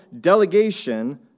delegation